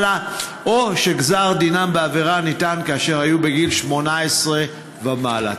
או שגזר דינם בעבירה ניתן כאשר היו בגיל 18 ומעלה.